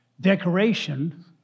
decoration